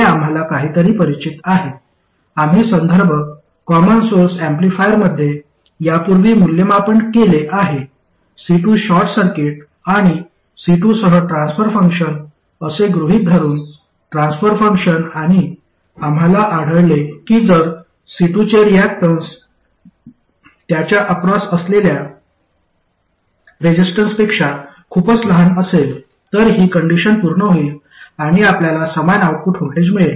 हे आम्हाला काहीतरी परिचित आहे आम्ही संदर्भ कॉमन सोर्स ऍम्प्लिफायरमध्ये यापूर्वी मूल्यमापन केले आहे C2 शॉर्ट सर्किट आणि C2 सह ट्रान्सफर फंक्शन असे गृहित धरून ट्रान्सफर फंक्शन आणि आम्हाला आढळले की जर C2 चे रियाक्टन्स त्याच्या अक्रॉस असलेल्या रेसिस्टन्सपेक्षा खूपच लहान असेल तर ही कंडिशन पूर्ण होईल आणि आपल्याला समान आउटपुट व्होल्टेज मिळेल